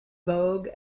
vogue